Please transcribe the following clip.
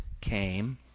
came